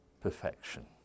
perfection